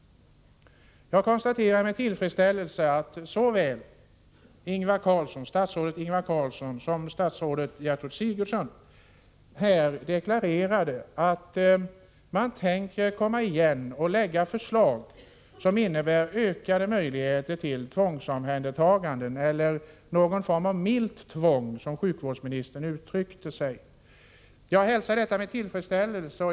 Jag konstaterar att såväl statsrådet Ingvar Carlsson som statsrådet Gertrud Sigurdsen här deklarerade att de kommer igen och lägger fram förslag som innebär ökade möjligheter till tvångsomhändertaganden — eller någon form av milt tvång, som sjukvårdsministern uttryckte sig. Jag hälsar detta med tillfredsställelse.